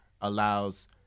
allows